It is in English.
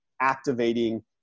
activating